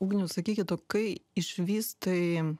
ugniau sakykit o kai išvystai